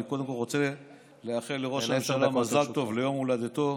אני קודם כול רוצה לאחל לראש הממשלה מזל טוב ליום הולדתו.